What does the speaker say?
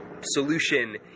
solution